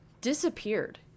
disappeared